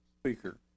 speaker